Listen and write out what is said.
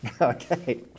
Okay